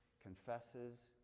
Confesses